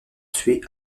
tué